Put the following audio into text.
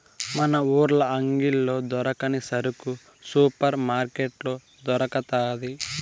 మన ఊర్ల అంగిల్లో దొరకని సరుకు సూపర్ మార్కట్లో దొరకతాది